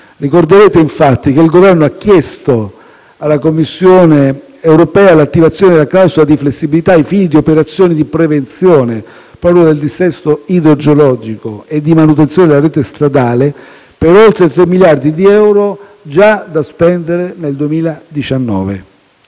Ricorderete infatti che il Governo ha chiesto alla Commissione europea l'attivazione della clausola di flessibilità ai fini di operazioni di prevenzione del dissesto idrogeologico e di manutenzione della rete stradale, per oltre 3 miliardi di euro, da spendere già nel 2019.